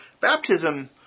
baptism